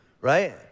right